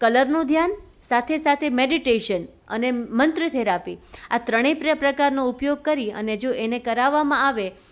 કલરનું ધ્યાન સાથે સાથે મેડિટેશન અને મંત્ર થેરાપી આ ત્રણેય પ્રકારનો ઉપયોગ કરી અને જો એને કરાવવામાં આવે